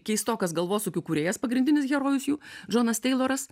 keistokas galvosūkių kūrėjas pagrindinis herojus jų džonas teiloras